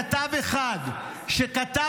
ככה